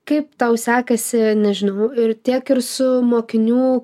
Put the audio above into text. kaip tau sekasi nežinau ir tiek ir su mokinių